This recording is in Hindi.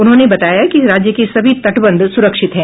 उन्होंने बताया कि राज्य के सभी तटबंध सुरक्षित हैं